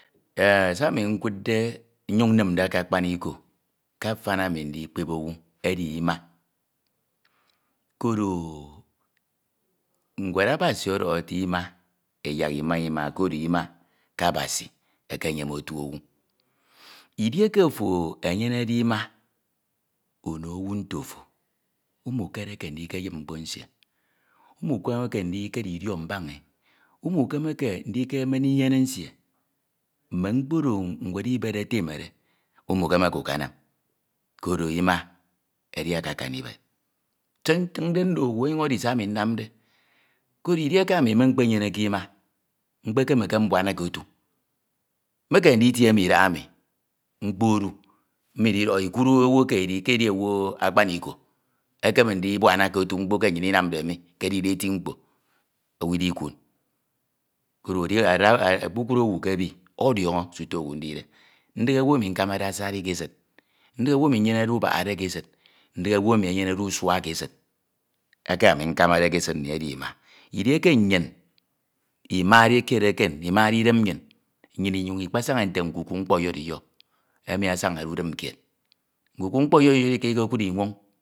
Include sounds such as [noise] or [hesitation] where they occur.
Enh se ama nkndde nyun nmmde ke akpaniko edi ima koro [hesitation] nwed Abasi ọdọkho ete ima yak inaa ima koro ke Abasi efoeyeon otu owu, edieke ofo enyenede ima ono owu nte ofo umukere ndiyip mkpo nsie, umukemeke ǐ fiok mbana e umkemeke ndikemen inyene nsie mme mkpo oro nwed ibed etemede umukemeke ukanam koro ima edi akakan ibed se ntmde nno owu onyin edi se ami mamde, koro edieke ami mme mkpenyeneke ima mkpekemeke mbuana ke otu, mmekeme nditie mi idaha emi mkpo odu mmo ididọkhọ ikuud owu eke edi ke edi owu akpaniko ekeme ndibnana ke otu mkpo eke nnyin inamde mi ke ediue eti mkpo owu idikuud, koro edi a e kpukpru owu ke ebi ọdiọñọ sute owu ami ndide idighe owu emi nkamade asani ke esid, idighe ọwu nnyenede ubahare ke esid idighe owu emi enyenede usa ke esid, eke ami nkamade ke esid ini edi ma edieke nnyin imade kied ekan imade idem nnyin, nnyin inyin ukpasaña nte nkuku mkpọyọriyọ emi asanade udin kied ukukan mkpoyoriyo ike nkekud inwoñ